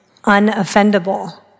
unoffendable